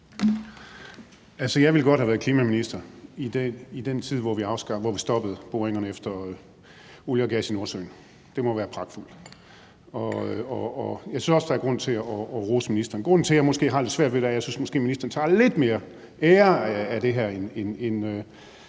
jeg ville godt have været klimaminister i den tid, hvor vi stoppede boringerne efter olie og gas i Nordsøen – det må være pragtfuldt. Og jeg synes også, at der er grund til at rose ministeren. Grunden til, at jeg måske har lidt svært ved det, er, at jeg synes, at ministeren tager lidt mere ære for det, end